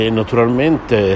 naturalmente